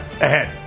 ahead